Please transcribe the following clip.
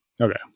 okay